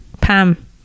Pam